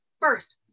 first